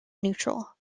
neutral